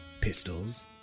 Pistols